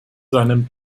seinem